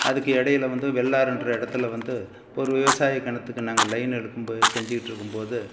அதுக்கு இடைல வந்து வெள்ளாறுகிற இடத்துல வந்து ஒரு விவசாய கிணத்துக்கு நாங்கள் லைன் எடுக்கும் போது செஞ்சுக்கிட்ருக்கும் போது